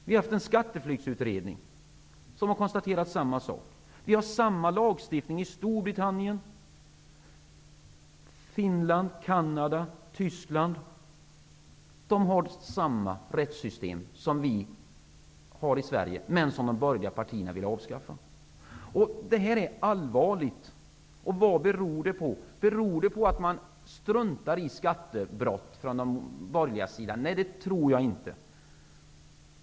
Vi har haft en skatteflyktsutredning, som har konstaterat samma sak. Likadan lagstiftning finns i Storbritannien, Finland, Canada och Tyskland. Där har man samma rättssystem som vi har i Sverige men som de borgerliga partierna vill avskaffa. Detta är allvarligt. Vad beror det på? Beror det på att man från borgarsidan struntar i skattebrott? Nej, det tror jag inte.